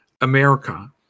America